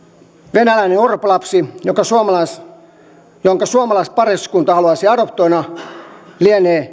venäläinen orpolapsi jonka suomalaispariskunta haluaisi adoptoida lienee